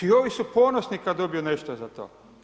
I ovi su ponosni kada dobiju nešto za to.